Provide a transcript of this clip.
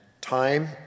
time